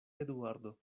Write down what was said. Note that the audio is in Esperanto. eduardo